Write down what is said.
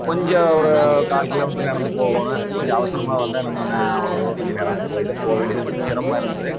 கொஞ்சம் ஒரு கால் கிலோமீட்டர் நடந்து போகணும் கொஞ்சம் அவரசமாக வந்தால் நம்ம ந அவ்வளோ தூரம் கொஞ்சம் நடந்து போய் தான் போக வேண்டியது கொஞ்சம் சிரமமா இருந்தது